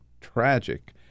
tragic